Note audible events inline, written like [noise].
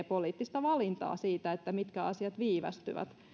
[unintelligible] poliittista valintaa siitä mitkä asiat viivästyvät